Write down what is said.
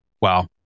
Wow